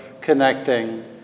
connecting